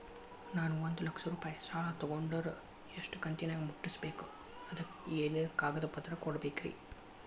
ನಾನು ಒಂದು ಲಕ್ಷ ರೂಪಾಯಿ ಸಾಲಾ ತೊಗಂಡರ ಎಷ್ಟ ಕಂತಿನ್ಯಾಗ ಮುಟ್ಟಸ್ಬೇಕ್, ಅದಕ್ ಏನೇನ್ ಕಾಗದ ಪತ್ರ ಕೊಡಬೇಕ್ರಿ?